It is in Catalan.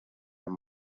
amb